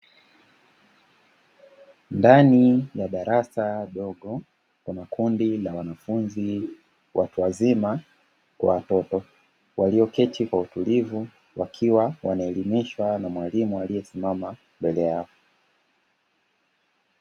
Ndani ya darasa dogo, kuna kundi la wanafunzi watu wazima, walioketi kwa utulivu, wakiwa wanaelimishwa na mwalimu aliyesimama mbele yao.